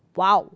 !wow!